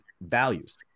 values